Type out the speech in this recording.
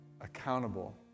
accountable